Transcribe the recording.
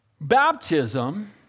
baptism